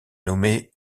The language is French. nommé